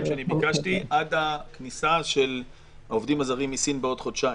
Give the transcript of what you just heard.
שביקשתי עד הכניסה של העובדים הזרים מסין בעוד חודשיים,